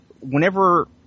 whenever